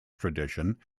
tradition